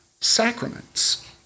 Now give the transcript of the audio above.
sacraments